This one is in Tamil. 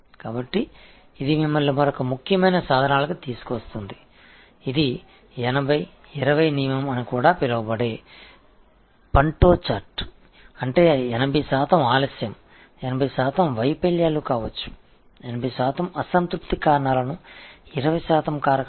எனவே இது மற்றொரு முக்கியமான கருவிக்கு நம்மை அழைத்து வருகிறது இது 80 20 விதி என்றும் அழைக்கப்படும் பரேட்டோ விளக்கப்படம் ஆகும் அதாவது 80 சதவிகித தாமதங்கள் 80 சதவிகித தோல்விகளாக இருக்கலாம் 80 சதவிகித டிசேடிஸ்ஃபேக்ஷன் காரணங்கள் விளக்கப்படலாம் 20 சதவீத காரணிகள்